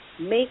make